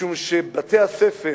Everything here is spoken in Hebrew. משום שבתי-הספר,